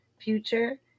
future